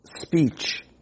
speech